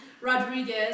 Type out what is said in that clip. Rodriguez